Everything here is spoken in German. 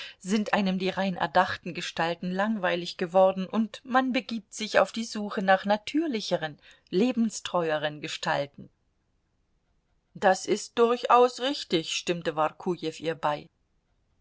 sind einem die rein erdachten gestalten langweilig geworden und man begibt sich auf die suche nach natürlicheren lebenstreueren gestalten das ist durchaus richtig stimmte workujew ihr bei